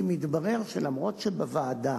כי מתברר שאף שבוועדה